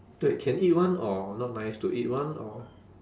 wait can eat [one] or not nice to eat [one] or